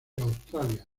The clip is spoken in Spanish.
australia